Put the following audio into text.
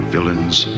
villains